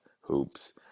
hoops